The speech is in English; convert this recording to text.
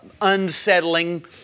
unsettling